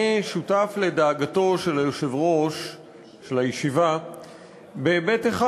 אני שותף לדאגתו של היושב-ראש של הישיבה בהיבט אחד.